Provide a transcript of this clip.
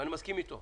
ואני מסכים אתו.